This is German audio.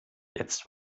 jetzt